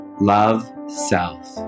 love-self